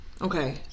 Okay